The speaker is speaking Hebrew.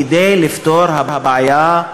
כדי לפתור את הבעיה,